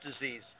disease